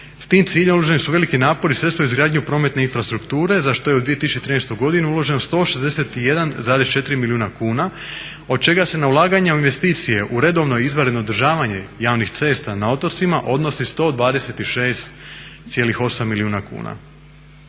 S tim ciljem uloženi su veliki napori i sredstva u izgradnju prometne infrastrukture za što je u 2013. godini uloženo 161,4 milijuna kuna, od čega se na ulaganja u investicije u redovno i izvanredno održavanje javnih cesta na otocima odnosi 126,8 milijuna kuna.